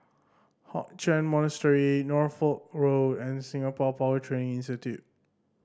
Hock Chuan Monastery Norfolk Road and Singapore Power Training Institute